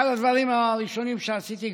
אחד הדברים הראשונים שעשיתי,